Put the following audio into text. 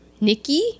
Nikki